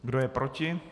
Kdo je proti?